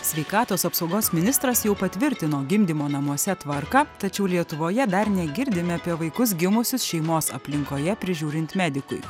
sveikatos apsaugos ministras jau patvirtino gimdymo namuose tvarką tačiau lietuvoje dar negirdime apie vaikus gimusius šeimos aplinkoje prižiūrint medikui